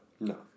No